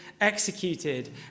executed